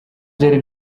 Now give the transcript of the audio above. byari